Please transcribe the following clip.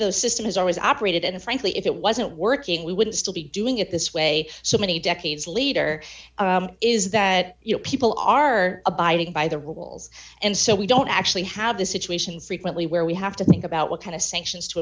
system has always operated and frankly if it wasn't working we wouldn't still be doing it this way so many decades later is that you know people are abiding by the rules and so we don't actually have this situation frequently where we have to think about what kind of sanctions to